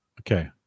okay